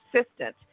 assistant